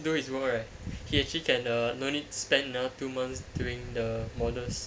do his work right he actually can uh no need spend another two months doing the models